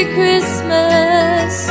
Christmas